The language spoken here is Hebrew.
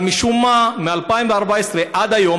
אבל משום מה מ-2014 עד היום,